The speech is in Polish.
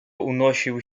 unosił